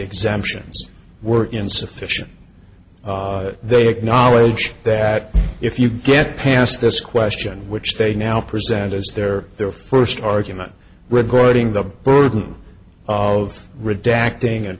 exemptions were insufficient they acknowledge that if you get past this question which they now present as their their first argument regarding the burden of redacting and